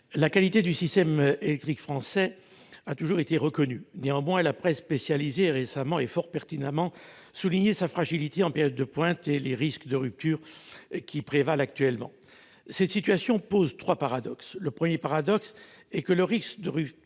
La qualité du système électrique français a toujours été reconnue. Néanmoins, la presse spécialisée a récemment souligné, fort pertinemment, sa fragilité en période de pointe et les risques de rupture qui apparaissent actuellement. Cette situation revêt trois paradoxes. Le premier est que le risque de rupture